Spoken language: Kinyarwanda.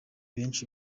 benshi